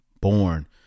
Born